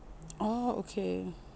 orh okay